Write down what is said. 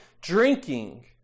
drinking